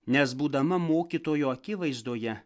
nes būdama mokytojo akivaizdoje